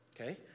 okay